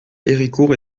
héricourt